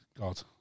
God